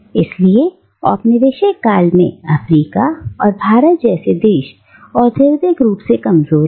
और इसलिए औपनिवेशिक काल में अफ्रीका और भारत जैसे देश औद्योगिक रूप से कमजोर रहे